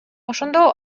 ошондо